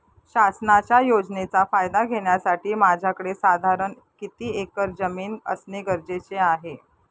शासनाच्या योजनेचा फायदा घेण्यासाठी माझ्याकडे साधारण किती एकर जमीन असणे गरजेचे आहे?